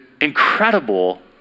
Incredible